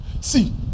See